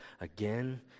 again